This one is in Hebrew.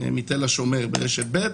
מתל השומר אומרת ברשת ב'